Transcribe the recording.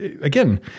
again